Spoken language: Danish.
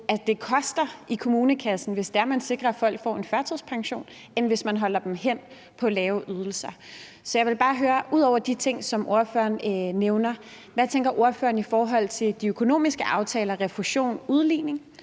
at det koster mere for kommunekassen, hvis man sikrer, at folk får en førtidspension, end hvis man holder dem hen på lave ydelser. Så ud over de ting, ordføreren nævner, vil jeg bare høre, hvad ordføreren tænker i forhold til de økonomiske aftaler: refusion og udligning?